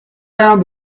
found